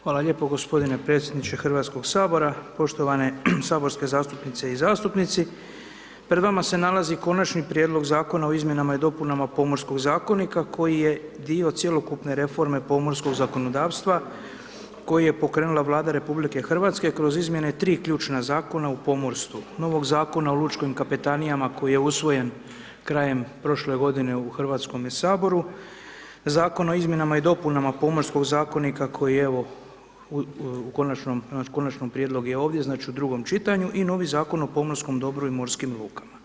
Hvala lijepo gospodine predsjedniče Hrvatskog sabora, poštovane saborske zastupnice i zastupnici, pred vama se nalazi Konačni prijedlog Zakona o izmjenama i dopunama pomorskog zakonika koji je dio cjelokupne reforme pomorskog zakonodavstva koji je pokrenula Vlada RH kroz izmjene tri ključna zakona u pomorstvu, novog Zakona o lučkim kapetanijama koji je usvojen krajem prošle godine u Hrvatskome saboru, Zakonu o izmjenama i dopunama pomorskog zakonika koji evo u konačnom prijedlogu, konačni prijedlog je ovdje znači u drugom čitanju i novi Zakon o pomorskom dobru i morskim lukama.